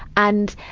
and,